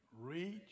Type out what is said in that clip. Reach